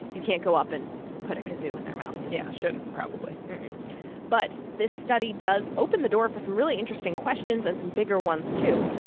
you can't go up and put a kazoo in their mouth yeah, shouldn't, probably but this study does open the door for some really interesting questions and some bigger ones, too.